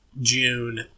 June